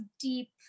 deep